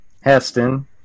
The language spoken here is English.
Heston